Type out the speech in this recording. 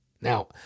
Now